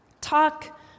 Talk